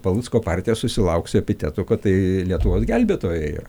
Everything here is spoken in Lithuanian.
palucko partija susilauks epitetų kad tai lietuvos gelbėtojai